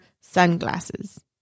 sunglasses